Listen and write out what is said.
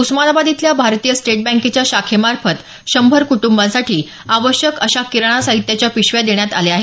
उस्मानाबाद इथल्या भारतीय स्टेट बँकेच्या शाखेमार्फत शंभर कुटुंबासाठी आवश्यक अशा किराणा साहित्याच्या पिशव्या देण्यात आल्या आहेत